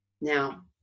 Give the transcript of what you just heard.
now